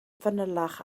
fanylach